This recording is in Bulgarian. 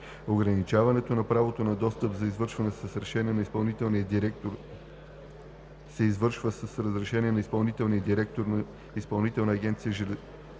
Ограничаването на правото на достъп се извършва с решение на изпълнителния директор на Изпълнителна